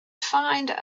find